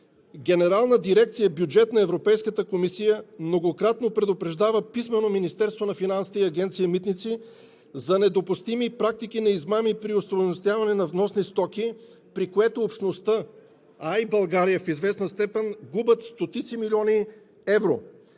Генерална дирекция „Бюджет“ на Европейската комисия многократно предупреждава писмено Министерството на финансите и Агенция „Митници“ за недопустими практики на измами при остойностяване на вносни стоки, при което Общността, а и България в известна степен губят стотици милиони евро.